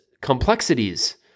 complexities